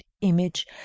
image